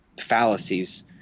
fallacies